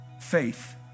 faith